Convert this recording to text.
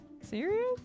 Serious